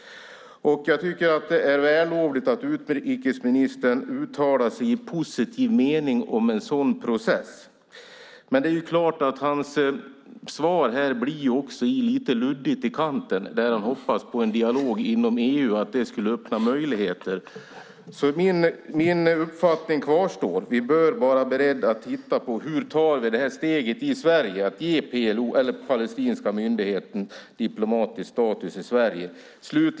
Jag tycker att det är vällovligt att utrikesministern uttalar sig i positiv mening om den sådan process. Men hans svar här blir också lite luddigt i kanten när han hoppas på en dialog inom EU och att det skulle öppna möjligheter. Min uppfattning kvarstår. Vi bör vara beredda att titta på hur vi tar steget att ge den palestinska myndigheten diplomatisk status i Sverige.